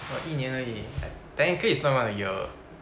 一年而已 technically it's not like a year